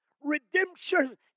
Redemption